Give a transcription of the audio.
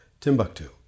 Timbuktu